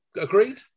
agreed